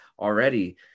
already